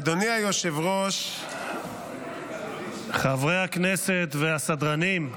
אדוני היושב-ראש --- חברי הכנסת והסדרנים,